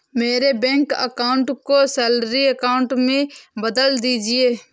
मेरे bank account को salary account में बदल दीजिए